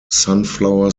sunflower